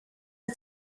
are